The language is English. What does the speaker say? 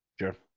Sure